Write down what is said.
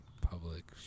public